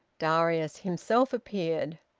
darius himself appeared.